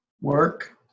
work